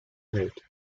held